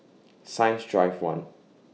Science Drive one